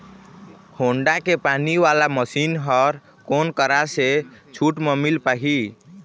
Honda के पानी वाला मशीन हर कोन करा से छूट म मिल पाही?